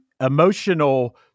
emotional